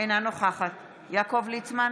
אינה נוכחת יעקב ליצמן,